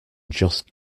just